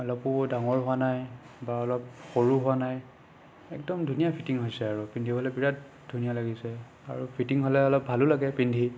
অলপো ডাঙৰো হোৱা নাই বা অলপ সৰুও হোৱা নাই একদম ধুনীয়া ফিটিং হৈছে আৰু পিন্ধিবলৈ বিৰাট ধুনীয়া লাগিছে আৰু ফিটিং হ'লে অলপ ভালোঁ লাগে পিন্ধি